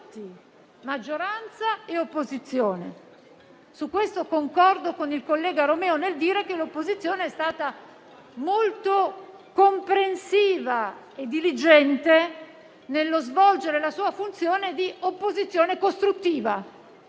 maggioranza e opposizione. Concordo con il collega Romeo nel dire che l'opposizione è stata molto comprensiva e diligente nello svolgere la sua funzione di opposizione costruttiva;